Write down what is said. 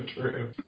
true